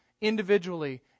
Individually